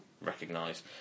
recognise